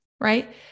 right